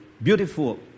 beautiful